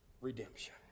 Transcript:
redemption